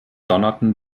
donnerten